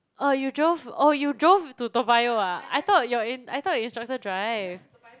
oh you drove oh you drove to Toa-Payoh ah I thought you're in I thought your instructor drive